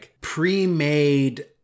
pre-made